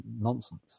nonsense